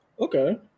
Okay